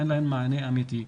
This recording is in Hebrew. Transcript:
אין להם מענה אמיתי.